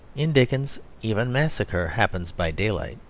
in dickens even massacre happens by daylight.